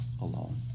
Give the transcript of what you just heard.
alone